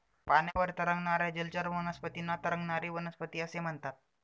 पाण्यावर तरंगणाऱ्या जलचर वनस्पतींना तरंगणारी वनस्पती असे म्हणतात